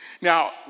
Now